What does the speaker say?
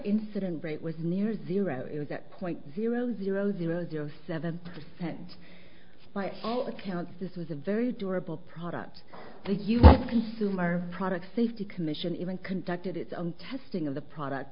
incident rate was near zero point zero zero zero zero seven percent white all accounts this was a very durable products the consumer products safety commission even conducted its own testing of the product